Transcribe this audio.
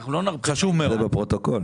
אגב,